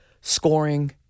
scoring